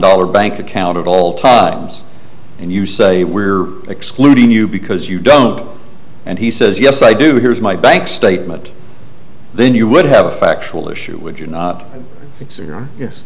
dollar bank account at all times and you say we're excluding you because you don't and he says yes i do here's my bank statement then you would have a factual issue would you kno